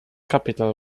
capital